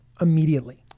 immediately